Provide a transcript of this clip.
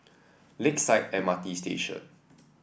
Lakeside M R T Station